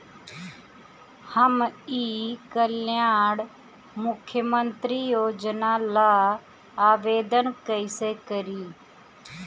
हम ई कल्याण मुख्य्मंत्री योजना ला आवेदन कईसे करी?